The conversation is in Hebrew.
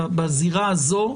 בזירה הזו,